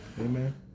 Amen